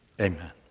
amen